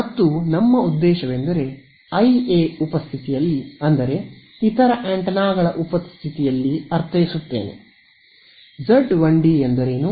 ಮತ್ತು ನಮ್ಮ ಉದ್ದೇಶವೆಂದರೆ ಐಎ ಉಪಸ್ಥಿತಿಯಲ್ಲಿ ಅಂದರೆ ಇತರ ಆಂಟೆನಾಗಳ ಉಪಸ್ಥಿತಿಯಲ್ಲಿ ಅರ್ಥೈಸುತ್ತೇನೆ Z1d ಎಂದರೇನು